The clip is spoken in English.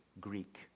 greek